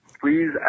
Please